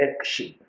action